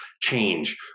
change